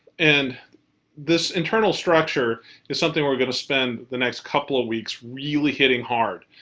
and this internal structure is something we're gonna spend the next couple of weeks really hitting hard.